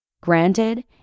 Granted